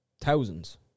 Thousands